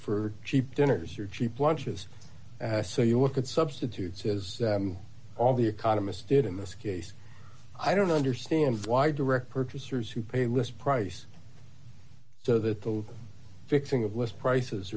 for cheap dinners your cheap lunches so you look at substitutes as all the economists did in this case i don't understand why direct purchasers who pay less price so that the fixing of list prices